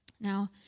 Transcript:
Now